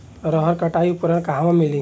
रहर कटाई उपकरण कहवा मिली?